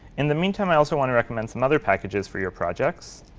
in the meantime, i also want to recommend some other packages for your projects.